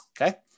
okay